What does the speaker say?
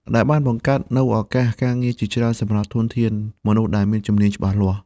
ដែលបានបង្កើតនូវឱកាសការងារជាច្រើនសម្រាប់ធនធានមនុស្សដែលមានជំនាញច្បាស់លាស់។